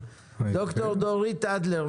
ד"ר דורית אדלר,